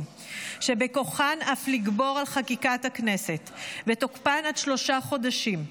שבכוחן אף לגבור על חקיקת הכנסת ותוקפן עד שלושה חודשים,